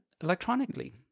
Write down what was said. electronically